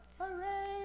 Hooray